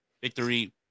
victory